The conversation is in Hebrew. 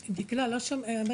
דקלה, לא שומעים.